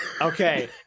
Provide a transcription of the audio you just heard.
Okay